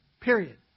Period